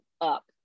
up